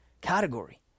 category